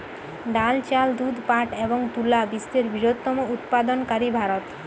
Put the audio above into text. ডাল, চাল, দুধ, পাট এবং তুলা বিশ্বের বৃহত্তম উৎপাদনকারী ভারত